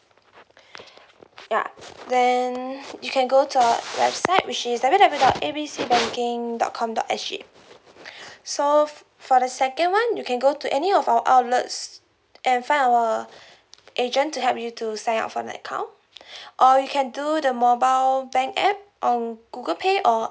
ya then you can go to our website which is W_W_W dot A B C banking dot com dot S_G so for the second one you can go to any of our outlets and find our agent to help you to sign up for an account or you can do the mobile bank app on google play or